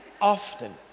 often